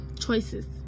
Choices